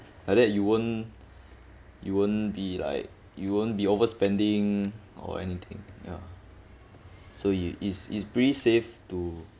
like that you won't you won't be like you won't be overspending or anything ya so it is is pretty safe to